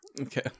Okay